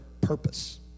purpose